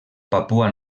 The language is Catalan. papua